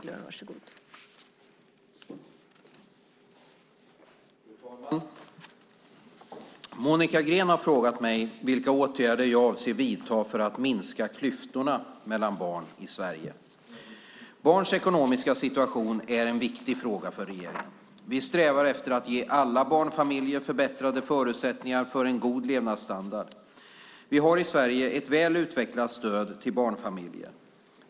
Fru talman! Monica Green har frågat mig vilka åtgärder jag avser att vidta för att minska klyftorna mellan barn i Sverige. Barns ekonomiska situation är en viktig fråga för regeringen. Vi strävar efter att ge alla barnfamiljer förbättrade förutsättningar för en god levnadsstandard. Vi har i Sverige ett väl utvecklat stöd till barnfamiljer.